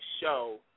show